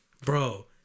bro